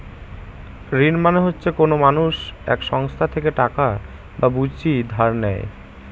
ঋণ মানে হচ্ছে কোনো মানুষ এক সংস্থা থেকে টাকা বা পুঁজি ধার নেয়